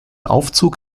aufzug